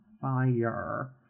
fire